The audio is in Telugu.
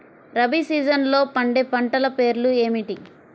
రబీ సీజన్లో పండే పంటల పేర్లు ఏమిటి?